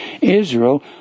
Israel